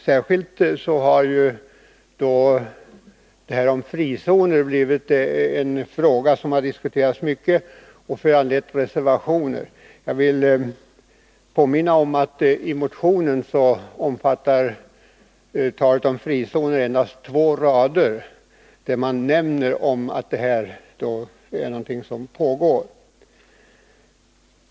Särskilt har frågan om frizoner diskuterats mycket och föranlett reservationer. Jag vill påminna om att i motionen omnämns frizoner på endast två rader, där det sägs att frizoner är något som växer fram.